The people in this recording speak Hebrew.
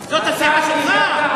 אני מודיע שאני לא מקדם את הדבר הזה.